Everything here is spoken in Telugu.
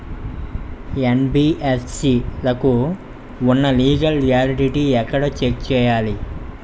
యెన్.బి.ఎఫ్.సి లకు ఉన్నా లీగల్ వ్యాలిడిటీ ఎక్కడ చెక్ చేయాలి?